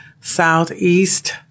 southeast